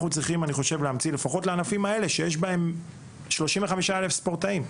אנחנו צריכים למצוא פתרונות לפחות לענפים האלה שיש בהם 35,000 ספורטאים.